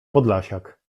podlasiak